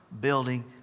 building